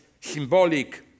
symbolic